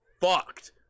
fucked